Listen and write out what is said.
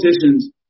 politicians